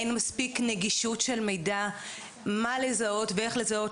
אין מספיק נגישות של מידע מה לזהות ואיך לזהות.